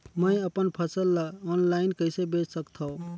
मैं अपन फसल ल ऑनलाइन कइसे बेच सकथव?